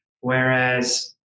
Whereas